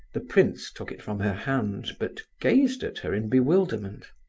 the prince took it from her hand, but gazed at her in bewilderment.